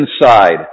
inside